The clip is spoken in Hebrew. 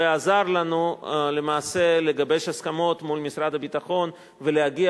ועזר לנו למעשה לגבש הסכמות מול משרד הביטחון ולהגיע